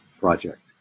project